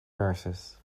nurses